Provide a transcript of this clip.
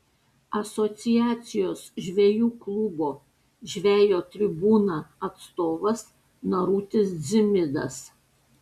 asociacijos žvejų klubo žvejo tribūna atstovas narutis dzimidas